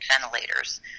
ventilators